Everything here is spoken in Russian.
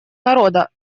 народа